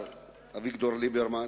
אביגדור ליברמן,